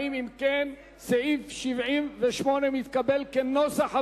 39. סעיפים 72 74 נתקבלו כנוסח הוועדה.